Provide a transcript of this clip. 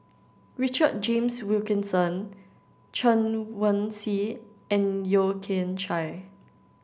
Richard James Wilkinson Chen Wen Hsi and Yeo Kian Chye